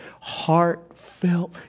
heartfelt